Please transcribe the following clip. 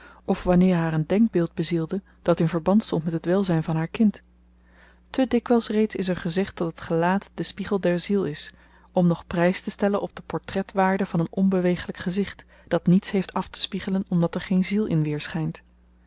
of wanneer haar een denkbeeld bezielde dat in verband stond met het welzyn van haar kind te dikwyls reeds is er gezegd dat het gelaat de spiegel der ziel is om nog prys te stellen op de portretwaarde van een onbewegelyk gezicht dat niets heeft aftespiegelen omdat er geen ziel in